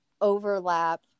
overlap